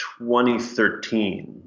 2013